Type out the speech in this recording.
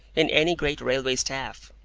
in any great railway staff.